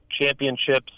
championships